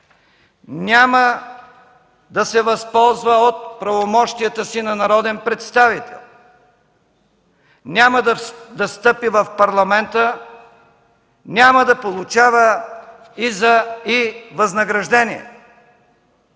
няма да се възползва от правомощията си на народен представител, няма да встъпи в парламента, няма да получава и възнаграждение.